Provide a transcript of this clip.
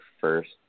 first